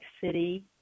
city